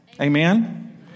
Amen